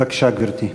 בבקשה, גברתי.